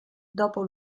dopo